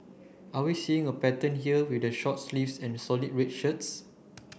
are we seeing a pattern here with the short sleeves and solid red shirts